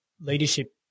leadership